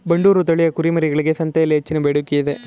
ಬಂಡೂರು ತಳಿಯ ಕುರಿಮರಿಗಳಿಗೆ ಸಂತೆಯಲ್ಲಿ ಹೆಚ್ಚಿನ ಬೇಡಿಕೆ ಇದೆ